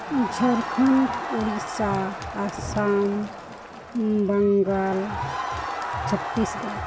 Jharkhand Odisha Assam Bengal Chhattisgarh